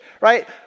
right